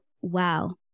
wow